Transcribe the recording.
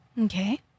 Okay